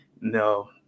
no